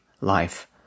life